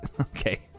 Okay